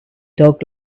dog